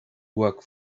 work